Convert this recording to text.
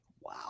Wow